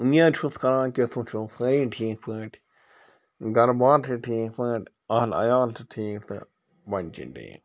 اُمید چھُس کَران کہِ تُہۍ چھُو سٲری ٹھیٖک پٲٹھۍ گَرٕبار چھِ ٹھیٖک پٲٹھۍ اَہل عیال چھُ ٹھیٖک تہٕ بَچہٕ ٹھیٖک